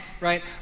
right